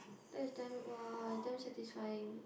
that's damn !woah! damn satisfying